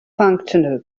functional